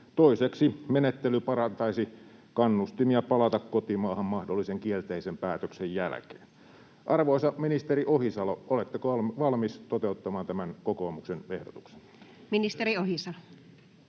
Toiseksi menettely parantaisi kannustimia palata kotimaahan mahdollisen kielteisen päätöksen jälkeen. Arvoisa ministeri Ohisalo, oletteko valmis toteuttamaan tämän kokoomuksen ehdotuksen? [Speech